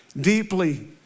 deeply